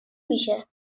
میشه